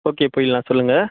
okay போயிடலாம் சொல்லுங்க